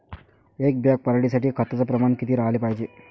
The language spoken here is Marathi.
एक बॅग पराटी साठी खताचं प्रमान किती राहाले पायजे?